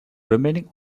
remaining